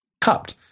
cupped